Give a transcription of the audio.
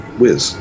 whiz